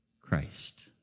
Christ